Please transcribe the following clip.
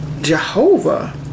Jehovah